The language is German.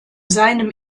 seinem